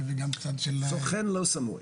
וגם צד של --- יש לכך סוכן לא סמוי.